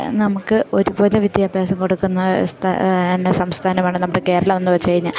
നമുക്ക് ഒരുപോലെ വിദ്യാഭ്യാസം കൊടുക്കുന്ന അവസ്ഥ എന്ന സംസ്ഥാനമാണ് നമ്മുടെ കേരളം എന്ന് വെച്ച് കഴിഞ്ഞാൽ